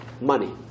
money